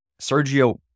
Sergio